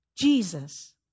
Jesus